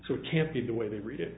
so it can't be the way they read it